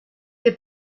que